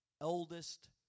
eldest